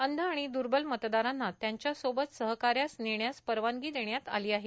अंध आणि दुर्बल मतदारांना त्यांच्यासोबत सहकाऱ्यास नेण्यास परवानगी देण्यात आली आहे